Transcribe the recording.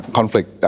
Conflict